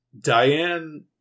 Diane